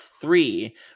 three